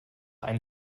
einen